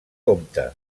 comte